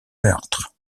meurtre